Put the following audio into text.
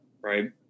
Right